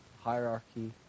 hierarchy